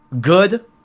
good